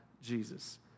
Jesus